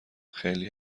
خیلی